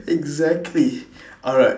exactly alright